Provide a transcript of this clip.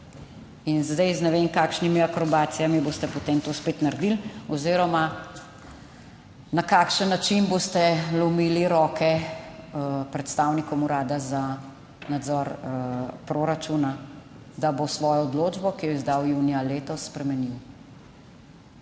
In zdaj z ne vem kakšnimi akrobacijami boste potem to spet naredili oziroma na kakšen način boste lomili roke predstavnikom Urada za nadzor proračuna, da bo svojo odločbo, ki jo je izdal junija letos, spremenil.